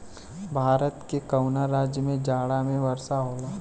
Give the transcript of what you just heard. भारत के कवना राज्य में जाड़ा में वर्षा होला?